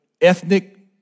ethnic